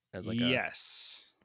Yes